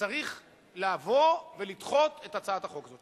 צריך לבוא ולדחות את הצעת החוק הזאת?